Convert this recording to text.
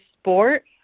sport